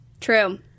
True